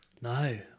No